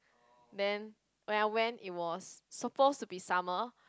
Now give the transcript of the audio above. then when I went it was supposed to be summer